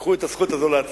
קחו את הזכות הזו לעצמכם.